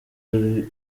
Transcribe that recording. ibiro